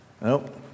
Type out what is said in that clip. Nope